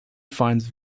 finds